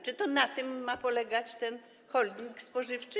Czy to na tym ma polegać ten holding spożywczy?